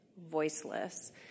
voiceless